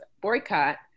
boycott